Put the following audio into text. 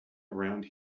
around